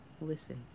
Listen